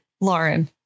Lauren